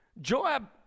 Joab